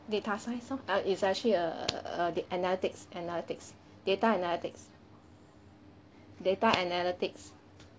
data science lor uh is actually err err analytics analytics data analytics data analytics